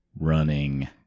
running